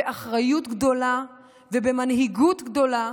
באחריות גדולה ובמנהיגות גדולה,